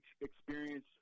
experience